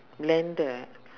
blender